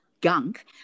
gunk